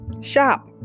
Shop